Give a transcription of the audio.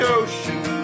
ocean